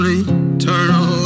eternal